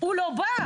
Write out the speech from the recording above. הוא לא בא.